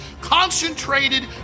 Concentrated